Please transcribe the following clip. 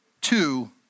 two